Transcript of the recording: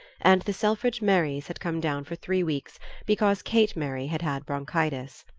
and the selfridge merrys had come down for three weeks because kate merry had had bronchitis.